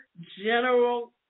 general